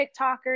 TikTokers